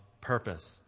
purpose